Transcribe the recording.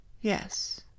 Yes